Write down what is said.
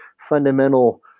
fundamental